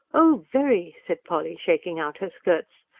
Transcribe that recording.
oh, very, said polly, shaking out her skirts.